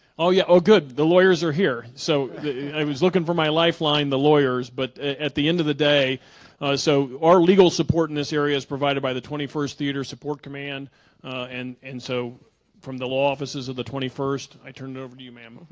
oh yeah oh good the lawyers are here so i was looking for my lifeline the lawyers but at the end of the day so our legal support in this area is provided by the twenty first theater support command and and so from the law offices of the twenty first i turn it over to you ma'am